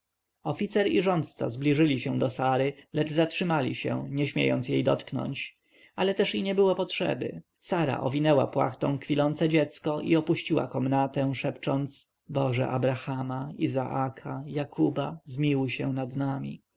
oficer i rządca zbliżyli się do sary lecz zatrzymali się nie śmiejąc jej dotknąć ale też i nie było potrzeby sara owinęła płachtą kwilące dziecko i opuściła komnatę szepcząc boże abrahama izaaka jakóba zmiłuj się nad nami